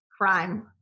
crime